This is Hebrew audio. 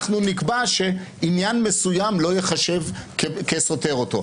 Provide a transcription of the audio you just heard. אנחנו נקבע שעניין מסוים לא ייחשב כסותר אותו.